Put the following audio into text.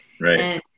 Right